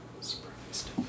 Surprised